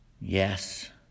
Yes